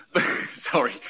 Sorry